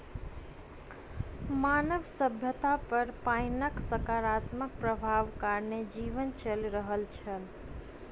मानव सभ्यता पर पाइनक सकारात्मक प्रभाव कारणेँ जीवन चलि रहल छै